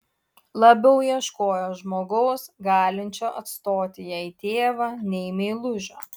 labiau ieškojo žmogaus galinčio atstoti jai tėvą nei meilužio